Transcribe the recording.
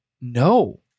No